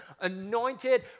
anointed